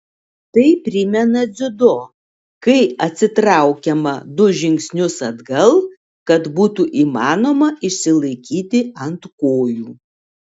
tai primena dziudo kai atsitraukiama du žingsnius atgal kad būtų įmanoma išsilaikyti ant kojų